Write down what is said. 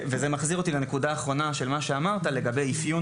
וזה מחזיר אותי לנקודה האחרונה של מה שאמרת לגבי אפיון